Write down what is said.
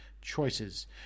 choices